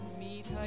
meet